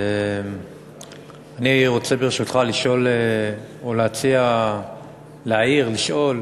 אני רוצה, ברשותך, לשאול, או להציע, להעיר, לשאול,